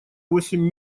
восемь